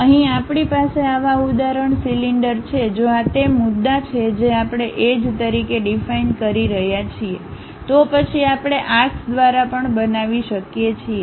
અહીં આપણી પાસે આવા ઉદાહરણ સિલિન્ડર છે જો આ તે મુદ્દા છે જે આપણે એજ તરીકે ડીફાઈન કરી રહ્યા છીએ તો પછી આપણે આર્ક્સ દ્વારા પણ બનાવી શકીએ છીએ